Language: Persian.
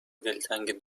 دلتنگ